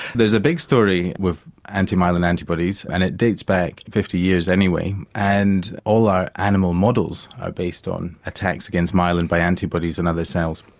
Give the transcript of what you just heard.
there's a big story with anti-myelin antibodies and it dates back fifty years anyway and all our animal models are based on attacks against myelin by antibodies on and other cells.